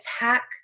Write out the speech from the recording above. attack